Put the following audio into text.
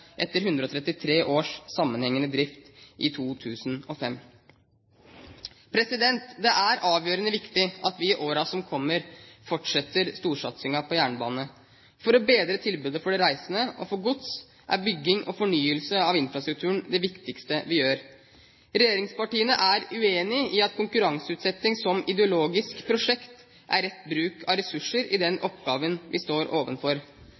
etter 133 års sammenhengende drift i 2005. Det er avgjørende viktig at vi i årene som kommer, fortsetter storsatstingen på jernbane. For å bedre tilbudet for de reisende og for gods er bygging og fornyelse av infrastrukturen det viktigste vi gjør. Regjeringspartiene er uenig i at konkurranseutsetting som ideologisk prosjekt er rett bruk av ressurser i den oppgaven vi står